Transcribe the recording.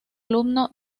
alumno